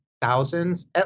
thousands